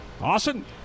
Awesome